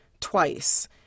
twice